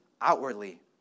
outwardly